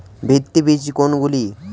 ভিত্তি বীজ কোনগুলি?